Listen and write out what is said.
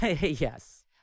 Yes